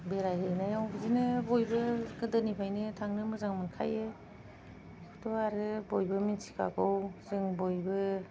बेरायहैनायाव बिदिनो बयबो गोदोनिफ्रायनो थांनो मोजां मोनखायो दाथ' आरो बयबो मिन्थिखागौ जों बयबो